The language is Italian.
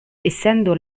essendo